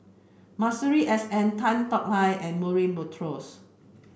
Masuri S N Tan Tong Hye and Murray Buttrose